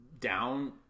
down